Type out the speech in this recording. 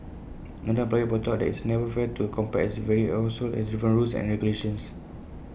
another employer pointed out that it's never fair to compare as every household has different rules and regulations